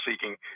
seeking